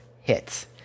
hits